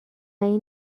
این